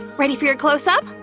ready for your close up?